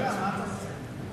אתה יודע, זה קורה לפעמים.